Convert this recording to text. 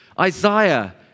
Isaiah